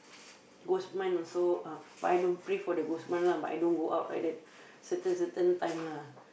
ghost month also uh but I don't pray for the ghost month lah but I don't go out at that certain certain time lah